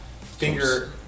finger